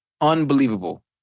Unbelievable